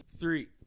Three